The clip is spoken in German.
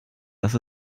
dass